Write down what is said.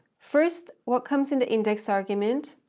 first, what comes in the index argument?